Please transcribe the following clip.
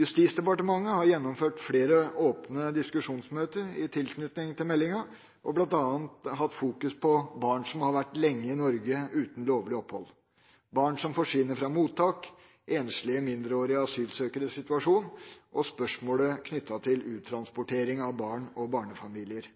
Justisdepartementet har gjennomført flere åpne diskusjonsmøter i tilknytning til meldinga og bl.a. fokusert på barn som har vært lenge i Norge uten lovlig opphold, barn som forsvinner fra mottak, enslige mindreårige asylsøkeres situasjon og spørsmål knyttet til uttransportering av barn og barnefamilier.